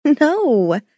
No